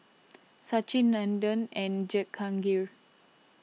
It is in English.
Sachin Nandan and Jehangirr